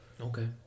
Okay